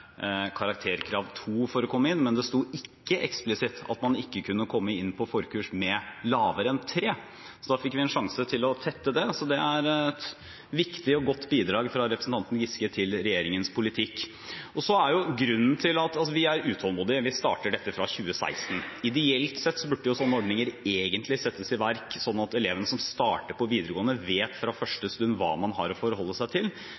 karakterkrav 2 for å komme inn. Men det sto ikke eksplisitt at man ikke kunne komme inn på forkurs med lavere karakter enn 3. Da fikk vi en sjanse til å tette det. Det er et viktig og godt bidrag fra representanten Giske til regjeringens politikk. Vi er utålmodige, vi starter dette fra 2016. Ideelt sett burde sånne ordninger settes i verk sånn at elever som starter på videregående, fra første stund vet hva man har å forholde seg til.